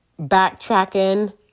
backtracking